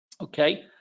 okay